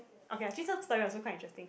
okay uh jun sheng story also quite interesting